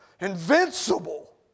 invincible